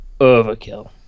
overkill